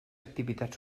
activitats